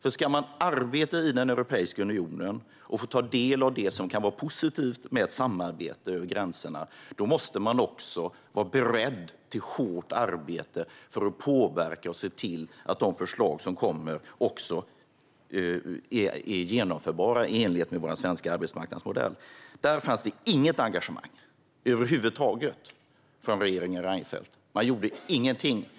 Om man ska arbeta i Europeiska unionen och ta del av det som kan vara positivt med ett samarbete över gränserna måste man vara beredd till hårt arbete för att påverka och se till att de förslag som kommer är genomförbara i enlighet med vår svenska arbetsmarknadsmodell. Där fanns det inget engagemang över huvud taget från regeringen Reinfeldt. Man gjorde ingenting.